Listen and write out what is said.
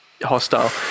Hostile